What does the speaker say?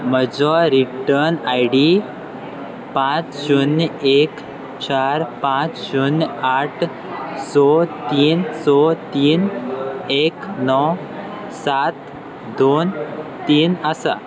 म्हजो return I D पांच शुन्य एक चार पांच शुन्य आठ स तीन स तीन एक णव सात दोन तीन आसा